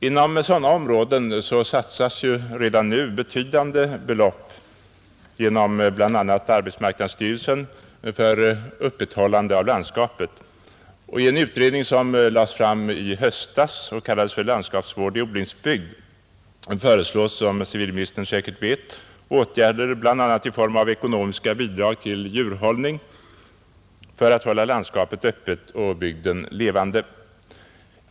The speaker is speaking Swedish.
Inom sådana områden satsas redan nu betydande belopp genom bl, a. arbetsmarknadsstyrelsen för upprätthållande av landskapet. I en utredning, som lades fram i höstas och som heter Landskapsvård i odlingsbygd föreslås, som civilministern säkert vet, åtgärder bl.a. i form av ekonomiska bidrag till djurhållning för att bevara landskapet öppet och bygden levande.